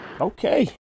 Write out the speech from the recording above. Okay